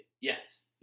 yes